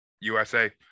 USA